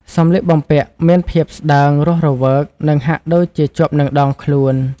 សម្លៀកបំពាក់មានភាព ស្តើង រស់រវើក និងហាក់ដូចជាជាប់នឹងដងខ្លួន។